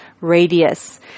radius